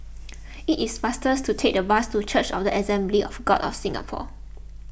it is faster to take the bus to Church of the Assemblies of God of Singapore